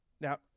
Now